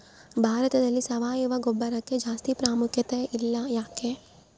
ಭಾರತದಲ್ಲಿ ಸಾವಯವ ಗೊಬ್ಬರಕ್ಕೆ ಜಾಸ್ತಿ ಪ್ರಾಮುಖ್ಯತೆ ಇಲ್ಲ ಯಾಕೆ?